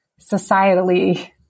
societally